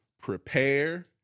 prepare